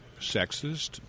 sexist